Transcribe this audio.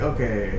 Okay